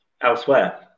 elsewhere